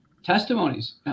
testimonies